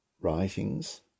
writings